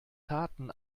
taten